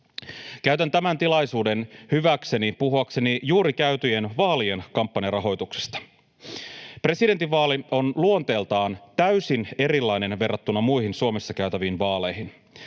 Käytän tämän tilaisuuden hyväkseni puhuakseni juuri käytyjen vaalien kampanjarahoituksesta. Presidentinvaalit on luonteeltaan täysin erilainen verrattuna muihin Suomessa käytäviin vaaleihin.